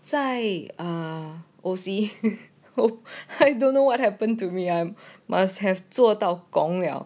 在 err O_C I don't know what happened to me I m~ must have 做到 gong 了